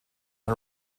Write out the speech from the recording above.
and